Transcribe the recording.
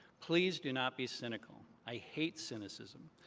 please do not be cynical. i hate cynicism.